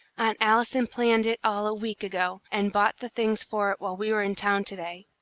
aunt allison planned it all a week ago, and bought the things for it while we were in town to-day.